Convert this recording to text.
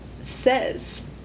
says